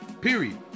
Period